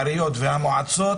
פקודת העיריות, פקודות אחרות,